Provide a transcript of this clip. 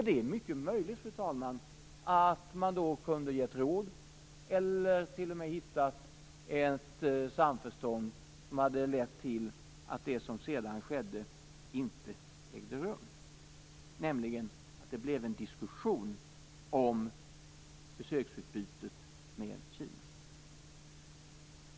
Det är mycket möjligt, fru talman, att man då hade kunnat ge råd eller t.o.m. hade kunnat hitta fram till ett samförstånd som hade lett till att det som sedan skedde inte ägde rum, nämligen att det blev en diskussion om besöksutbytet med Kina.